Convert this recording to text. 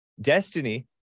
Destiny